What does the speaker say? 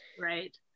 right